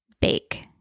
bake